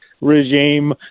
regime